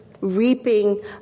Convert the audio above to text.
reaping